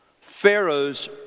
Pharaoh's